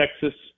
Texas